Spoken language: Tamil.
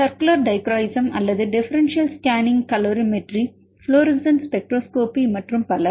சர்குலர் டைக்ரோயிசம் அல்லது differential scanning calorimetry fluorescent spectroscopy மற்றும் பல